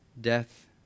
Death